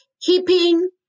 keeping